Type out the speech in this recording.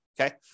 okay